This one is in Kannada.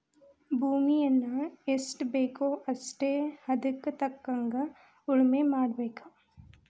ಭೂಮಿಯನ್ನಾ ಎಷ್ಟಬೇಕೋ ಅಷ್ಟೇ ಹದಕ್ಕ ತಕ್ಕಂಗ ಉಳುಮೆ ಮಾಡಬೇಕ